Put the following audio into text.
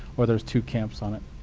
why there's two camps on it.